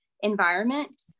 environment